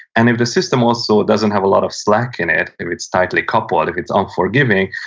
and if the system was so it doesn't have a lot of slack in it, if it's tightly coupled, if it's unforgiving,